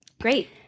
great